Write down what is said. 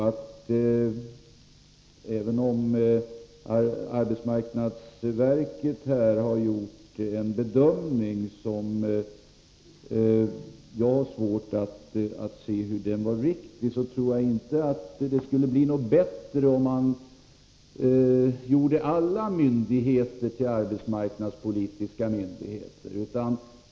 Arbetsmarknadsverket har gjort en bedömning, vars riktighet jag har svårt Nr 30 att bedöma, men jag tror inte att det skulle vara bättre om vi gjorde alla Onsdagen den myndigheter till arbetsmarknadspolitiska myndigheter.